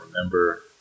remember